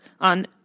on